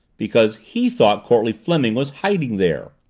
because he thought courtleigh fleming was hiding there!